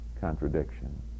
contradiction